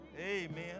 Amen